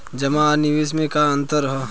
जमा आ निवेश में का अंतर ह?